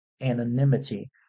anonymity